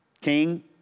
king